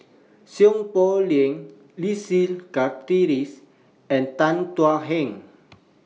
Seow Poh Leng Leslie Charteris and Tan Thuan Heng